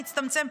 נצטמצם,